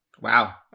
wow